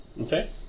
Okay